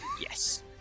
yes